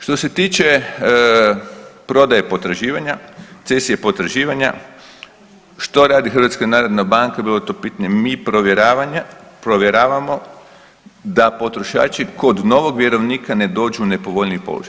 Što se tiče prodaje potraživanja, cesije potraživanja, što radi HNB bilo je to pitanje, mi provjeravamo da potrošači kod novog vjerovnika ne dođu u nepovoljniji položaj.